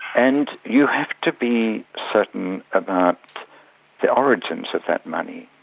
and you have to be certain about the origins of that money.